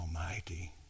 Almighty